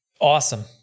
awesome